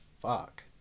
fuck